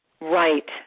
Right